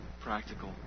practical